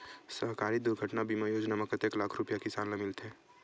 सहकारी दुर्घटना बीमा योजना म कतेक लाख रुपिया किसान ल मिलथे?